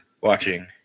watching